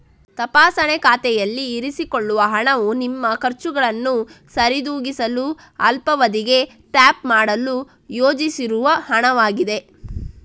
ತಪಾಸಣೆ ಖಾತೆಯಲ್ಲಿ ಇರಿಸಿಕೊಳ್ಳುವ ಹಣವು ನಿಮ್ಮ ಖರ್ಚುಗಳನ್ನು ಸರಿದೂಗಿಸಲು ಅಲ್ಪಾವಧಿಗೆ ಟ್ಯಾಪ್ ಮಾಡಲು ಯೋಜಿಸಿರುವ ಹಣವಾಗಿದೆ